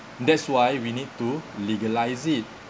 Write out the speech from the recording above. that's why we need to legalize it